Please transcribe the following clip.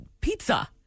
Pizza